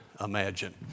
imagine